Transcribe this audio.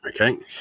Okay